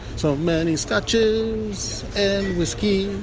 so many scotches and whiskeys